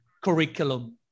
curriculum